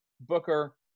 Booker